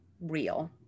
real